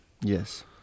Yes